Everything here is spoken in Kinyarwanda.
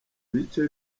bice